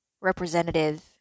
representative